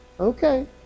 Okay